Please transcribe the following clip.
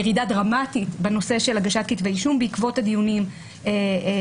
דרמטית בנושא של הגשת כתבי אישום בעקבות הדיונים שנעשו